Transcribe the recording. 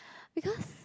because